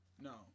No